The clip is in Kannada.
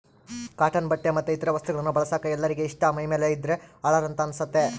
ಕಾಟನ್ ಬಟ್ಟೆ ಮತ್ತೆ ಇತರ ವಸ್ತುಗಳನ್ನ ಬಳಸಕ ಎಲ್ಲರಿಗೆ ಇಷ್ಟ ಮೈಮೇಲೆ ಇದ್ದ್ರೆ ಹಳಾರ ಅಂತ ಅನಸ್ತತೆ